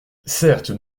certes